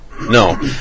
no